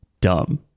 dumb